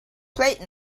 plate